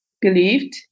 believed